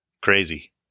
crazy